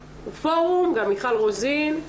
פורום, גם מיכל רוזין.